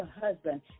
husband